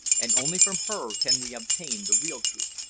and only from her can we obtain the real truth.